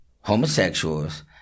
homosexuals